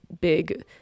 big